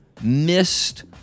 missed